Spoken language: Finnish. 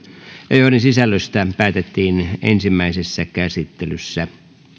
joiden sisällöstä päätettiin ensimmäisessä käsittelyssä